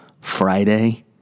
Friday